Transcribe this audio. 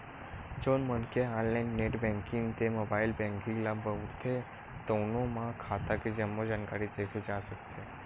जउन मनखे ह ऑनलाईन नेट बेंकिंग ते मोबाईल बेंकिंग ल बउरथे तउनो म खाता के जम्मो जानकारी देखे जा सकथे